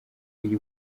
iri